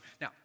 Now